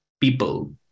people